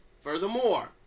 Furthermore